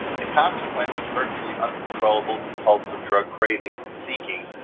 the consequence is virtually uncontrollable compulsive drug craving, seeking,